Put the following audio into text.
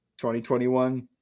2021